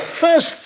first